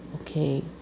okay